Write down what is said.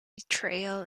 betrayal